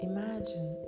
Imagine